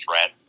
threat